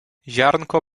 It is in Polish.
ziarnko